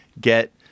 get